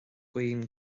guím